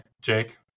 Jake